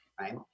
right